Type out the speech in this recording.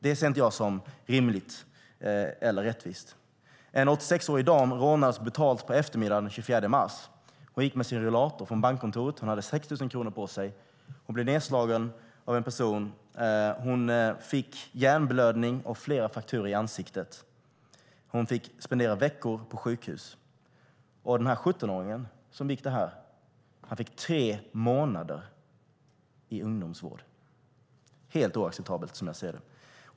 Det ser inte jag som rimligt eller rättvist. En 86-årig dam rånas brutalt på eftermiddagen den 24 mars. Hon gick med sin rullator från bankkontoret. Damen hade 6 000 kronor på sig. Hon blev nedslagen av en person, fick hjärnblödning och flera frakturer i ansiktet och fick spendera veckor på sjukhus. 17-åringen som begick brottet fick tre månader i ungdomsvård. Det är helt oacceptabelt.